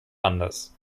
anders